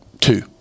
two